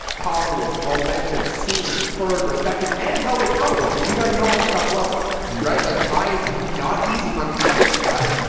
positive momentum seen, heard, respected and held accountable. cause you guys know i'm a tough lover, right? like i am not easy on people. right.